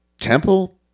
Temple